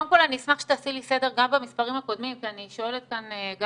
קודם כל אני אשמח שתעשי לי סדר גם במספרים הקודמים כי אני שואלת כאן גם